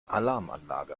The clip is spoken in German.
alarmanlage